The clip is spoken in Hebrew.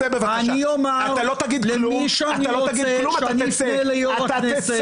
אני אומר למי שאני רוצה שאני אפנה ליו"ר הכנסת.